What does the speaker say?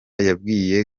yabwiye